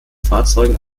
fahrzeugen